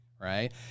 right